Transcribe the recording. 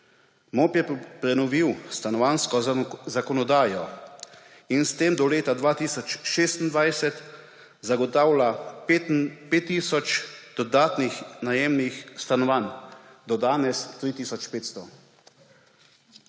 MOP je prenovil stanovanjsko zakonodajo in s tem do leta 2026 zagotavlja 5 tisoč dodatnih najemnih stanovanj, do danes 3